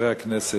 חברי הכנסת,